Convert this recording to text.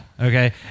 Okay